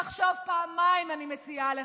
תחשוב פעמיים, אני מציעה לך,